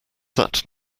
sat